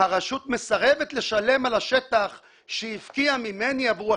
הרשות מסרבת לשלם על השטח שהיא הפקיעה ממני עבור הכביש,